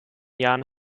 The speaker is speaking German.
jahren